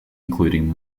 including